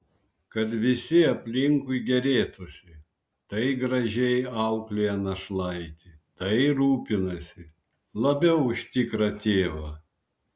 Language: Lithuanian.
kad visi aplinkui gėrėtųsi tai gražiai auklėja našlaitį tai rūpinasi labiau už tikrą tėvą